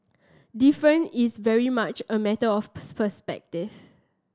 different is very much a matter of